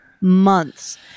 Months